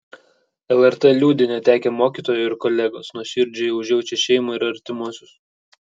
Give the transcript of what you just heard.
lrt liūdi netekę mokytojo ir kolegos nuoširdžiai užjaučia šeimą ir artimuosius